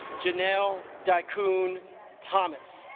janelle die kuhn thomas